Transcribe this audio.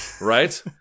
Right